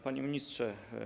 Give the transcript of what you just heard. Panie Ministrze!